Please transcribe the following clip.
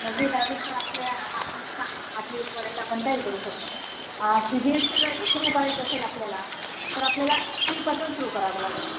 नववी दहावीच आपल्या हां हां आठवीपर्यंत आपण काही करू शकतो सी बी एस सी जर का सुरू करायचं असेल आपल्याला तर आपल्याला आठवीपासून सुरू करावं लागेल